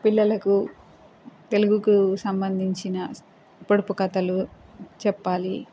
పిల్లలకు తెలుగుకు సంబంధించిన పొడుపు కథలు చెప్పాలి